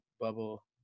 bubble